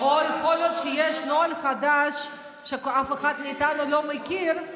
או יכול להיות שיש נוהל חדש שאף אחד מאיתנו לא מכיר,